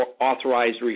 authorized